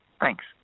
Thanks